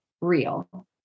real